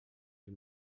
els